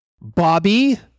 Bobby